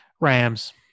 Rams